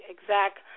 exact